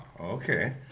okay